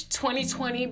2020